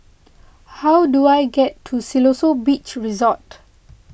how do I get to Siloso Beach Resort